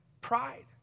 Pride